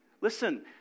Listen